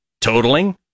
totaling